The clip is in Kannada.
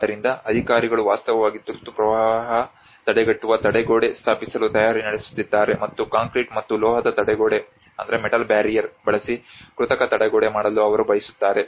ಆದ್ದರಿಂದ ಅಧಿಕಾರಿಗಳು ವಾಸ್ತವವಾಗಿ ತುರ್ತು ಪ್ರವಾಹ ತಡೆಗಟ್ಟುವ ತಡೆಗೋಡೆ ಸ್ಥಾಪಿಸಲು ತಯಾರಿ ನಡೆಸುತ್ತಿದ್ದಾರೆ ಮತ್ತು ಕಾಂಕ್ರೀಟ್ ಮತ್ತು ಲೋಹದ ತಡೆಗೋಡೆ ಬಳಸಿ ಕೃತಕ ತಡೆಗೋಡೆ ಮಾಡಲು ಅವರು ಬಯಸುತ್ತಾರೆ